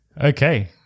Okay